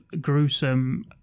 gruesome